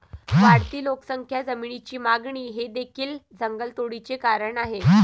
वाढती लोकसंख्या, जमिनीची मागणी हे देखील जंगलतोडीचे कारण आहे